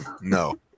No